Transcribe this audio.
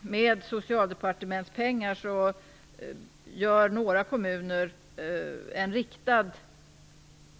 Med Socialdepartementets pengar har några kommuner en riktad